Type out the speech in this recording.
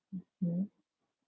mmhmm